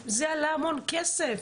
זה עלה המון כסף.